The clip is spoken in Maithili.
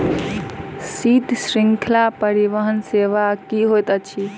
शीत श्रृंखला परिवहन सेवा की होइत अछि?